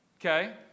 okay